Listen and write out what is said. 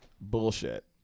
Bullshit